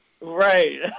Right